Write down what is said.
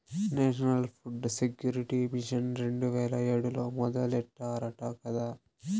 national food security mission రెండు వేల ఏడులో మొదలెట్టారట కదా